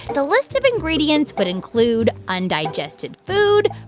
the list of ingredients would include undigested food,